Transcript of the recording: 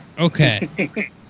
Okay